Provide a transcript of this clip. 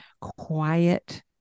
quiet